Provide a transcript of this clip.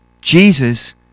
Jesus